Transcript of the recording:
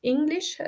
English